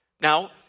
Now